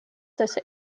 this